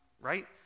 right